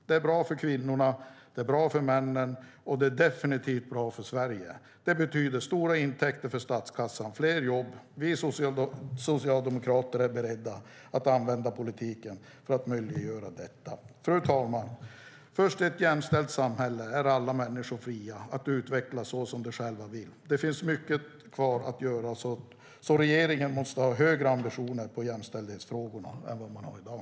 Det är bra för kvinnorna, det är bra för männen, och det är definitivt bra för Sverige. Det betyder stora intäkter för statskassan och fler jobb. Vi socialdemokrater är beredda att använda politiken för att möjliggöra detta. Fru talman! Det är först i ett jämställt samhälle alla människor är fria att utvecklas så som de själva vill. Det finns mycket kvar att göra, så regeringen måste ha högre ambitioner för jämställdhetsfrågorna än vad man har i dag.